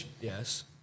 Yes